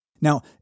Now